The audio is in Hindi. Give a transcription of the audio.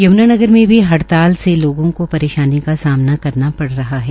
यमुनानगर में भी हड़ताल से लोगों को परेशानी का सामना करना पड़ रहा है